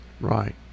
Right